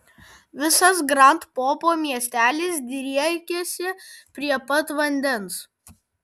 visas grand popo miestelis driekiasi prie pat vandens